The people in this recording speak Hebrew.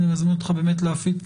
אני מזמין אותך באמת להפיץ,